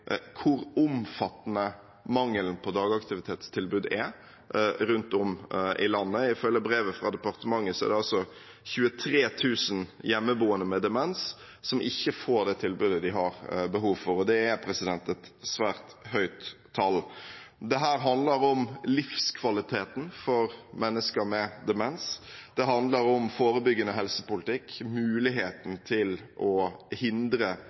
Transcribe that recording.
hvor omfattende mangelen på dagaktivitetstilbud er rundt om i landet. Ifølge brevet fra departementet er det altså 23 000 hjemmeboende med demens som ikke får det tilbudet de har behov for, og det er et svært høyt tall. Dette handler om livskvaliteten for mennesker med demens, det handler om forebyggende helsepolitikk, muligheten til å hindre